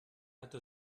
hatte